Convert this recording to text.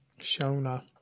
Shona